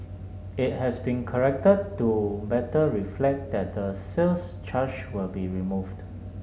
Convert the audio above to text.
it has been corrected to better reflect that the sales charge will be removed